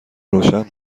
روشن